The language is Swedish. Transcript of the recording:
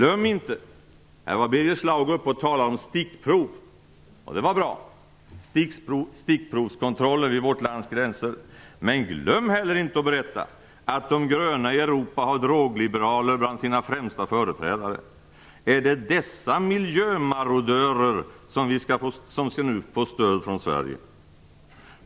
Birger Schlaug talade om stickprovskontroller vid vårt lands gränser, och det var bra, men glöm heller inte att berätta att de gröna i Europa har drogliberaler bland sina främsta företrädare! Är det dessa miljömarodörer som nu skall få stöd från Sverige?